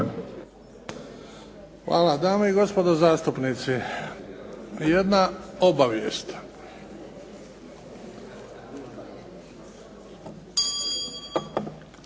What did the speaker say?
Hvala. Dame i gospodo zastupnici, jedna obavijest.